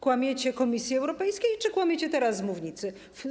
Kłamiecie Komisji Europejskiej czy kłamiecie teraz z mównicy?